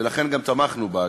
ולכן גם תמכנו בה,